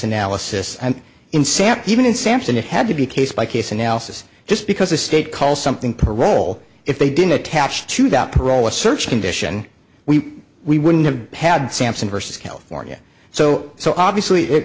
analysis and insanity even in sampson it had to be case by case analysis just because the state call something parole if they didn't attach to that parole a search condition we we wouldn't have had sampson versus california so so obviously it